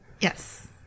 yes